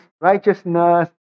righteousness